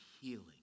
healing